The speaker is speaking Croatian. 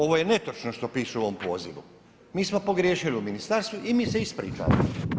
Ovo je netočno što piše u ovom pozivu, mi smo pogriješili u ministarstvu i mi se ispričavamo.